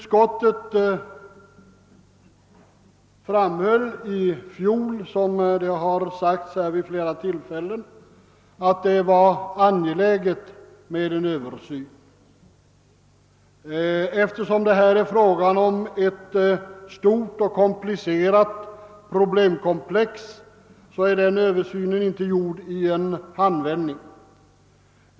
Utskottet framhöll i fjol, såsom har sagts här vid flera tillfällen, att det var angeläget med en översyn. Eftersom det här är fråga om ett stort och komplicerat problemkomplex är den översynen inte gjord i en handvändning.